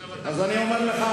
עכשיו אתה אז אני אומר לך: